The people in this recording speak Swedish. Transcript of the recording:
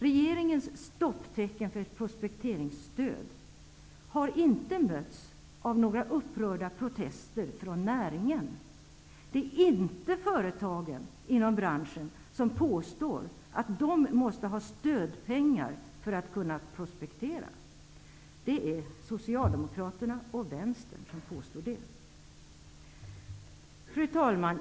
Regeringens stopptecken för prospekteringsstöd har inte mötts av några upprörda protester från näringen. Det är inte företagen inom branschen som påstår att de måste ha stödpengar för att kunna prospektera. Det är Socialdemokraterna och Vänstern som påstår det. Fru talman!